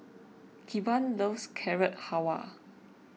Kevan loves Carrot Halwa